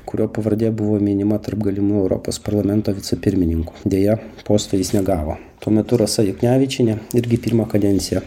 kurio pavardė buvo minima tarp galimų europos parlamento vicepirmininkų deja posto jis negavo tuo metu rasa juknevičienė irgi pirmą kadenciją